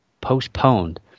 postponed